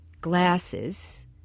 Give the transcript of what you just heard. glasses